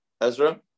Ezra